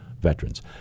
veterans